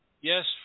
yes